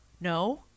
No